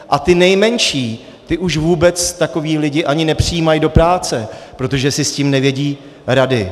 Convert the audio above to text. A ty nejmenší, ty už vůbec takové lidi ani nepřijímají do práce, protože si s tím nevědí rady.